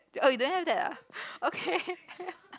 oh you don't have that ah okay